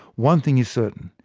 one thing is certain.